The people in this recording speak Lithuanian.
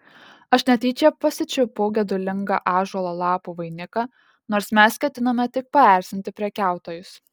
aš netyčia pasičiupau gedulingą ąžuolo lapų vainiką nors mes ketinome tik paerzinti prekiautojus